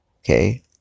okay